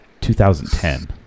2010